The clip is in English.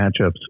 matchups